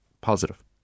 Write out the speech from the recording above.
positive